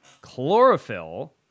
chlorophyll